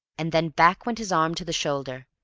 and then back went his arm to the shoulder.